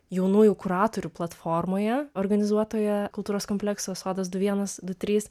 jaunųjų kuratorių platformoje organizuotoje kultūros kompleksas sodas du vienas du trys